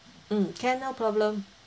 mm can no problem